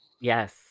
yes